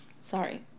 Sorry